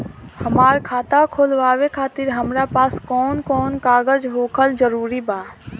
हमार खाता खोलवावे खातिर हमरा पास कऊन कऊन कागज होखल जरूरी बा?